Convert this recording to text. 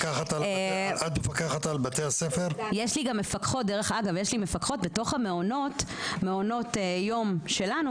יש לי מפקחות בתוך מעונות היום שלנו.